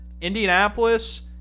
Indianapolis